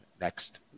next